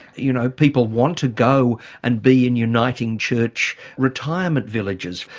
you know, people want to go and be in uniting church retirement villages.